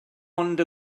ond